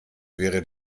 wäre